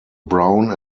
brown